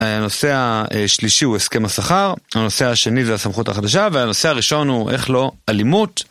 הנושא השלישי הוא הסכם השכר, הנושא השני זה הסמכות החדשה, והנושא הראשון הוא איך לא אלימות.